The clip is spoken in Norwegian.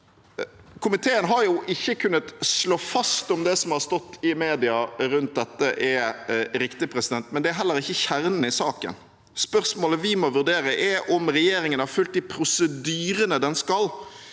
Komiteen har jo ikke kunnet slå fast om det som har stått i mediene rundt dette, er riktig, men det er heller ikke kjernen i saken. Spørsmålet vi må vurdere, er om regjeringen har fulgt de prosedyrene de skal,